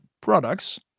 products